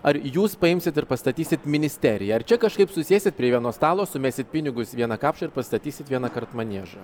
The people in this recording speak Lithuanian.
ar jūs paimsit ir pastatysit ministeriją ar čia kažkaip susėsit prie vieno stalo sumesit pinigus vieną kapšą ir pastatysit vienąkart maniežą